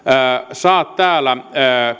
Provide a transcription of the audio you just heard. saa täällä